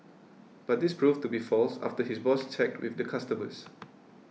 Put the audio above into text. but this proved to be false after his boss checked with the customers